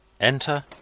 Enter